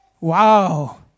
Wow